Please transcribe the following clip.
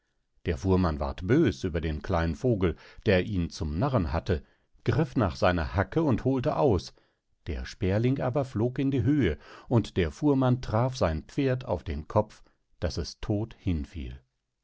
der fuhrmann ward bös über den kleinen vogel der ihn zum narren hatte griff nach seiner hacke und holte aus der sperling aber flog in die höhe und der fuhrmann traf sein pferd auf den kopf daß es todt